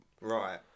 Right